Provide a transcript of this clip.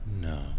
No